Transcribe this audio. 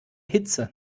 hitze